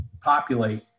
populate